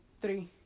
three